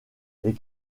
les